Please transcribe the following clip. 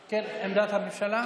שאמרה "לגעת באפס".